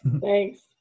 Thanks